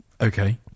Okay